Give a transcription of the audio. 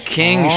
king